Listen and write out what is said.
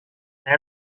nei